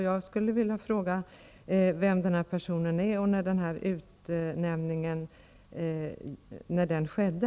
Jag skulle vilja fråga vem denna särskilda utredare är och när utnämningen skedde.